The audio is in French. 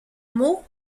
mot